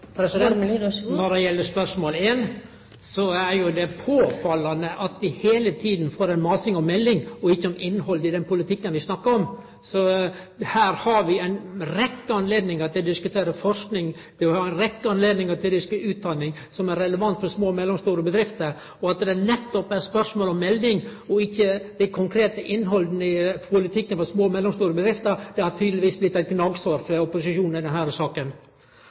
som kommer? Når det gjeld dei første spørsmåla, er det påfallande at det heile tida er masing om ei melding, og ikkje om innhaldet i den politikken vi snakkar om. Her har vi ei rekkje anledningar til å diskutere forsking, og vi har ei rekkje anledningar til å diskutere utdanning som er relevant for små og mellomstore bedrifter. At det nettopp er spørsmål om ei melding, ikkje det konkrete innhaldet i politikken for små og mellomstore bedrifter, viser at dette tydelegvis er blitt eit gnagsår for opposisjonen i denne saka.